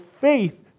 faith